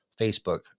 facebook